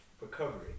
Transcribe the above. recovery